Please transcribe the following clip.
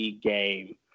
game